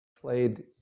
Played